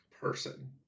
person